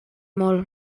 molt